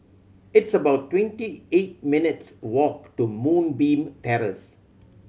it's about twenty eight minutes' walk to Moonbeam Terrace